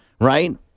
right